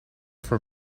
for